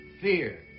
fear